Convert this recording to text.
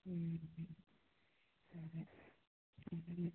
हॅं हॅं हॅं